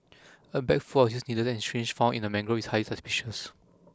a bag full of used needles and syringe found in a mangrove is highly suspicious